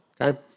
okay